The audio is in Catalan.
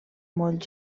molt